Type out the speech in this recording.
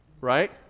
right